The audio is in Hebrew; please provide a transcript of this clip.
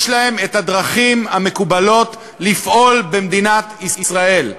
יש להם את הדרכים המקובלות לפעול במדינת ישראל.